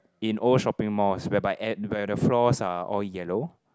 in old shopping malls whereby at where the floors are all yellow